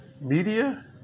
media